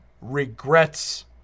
regrets